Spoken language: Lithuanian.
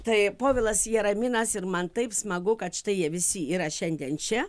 tai povilas jaraminas ir man taip smagu kad štai jie visi yra šiandien čia